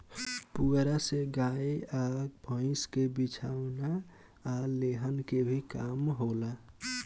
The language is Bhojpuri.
पुआरा से गाय आ भईस के बिछवाना आ लेहन के भी काम होला